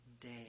day